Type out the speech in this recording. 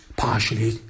partially